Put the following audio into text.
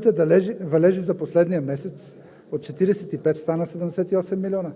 Той ни е голямо тегло още от януари месец. С падналите валежи за последния месец от 45 стана 78 милиона.